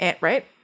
right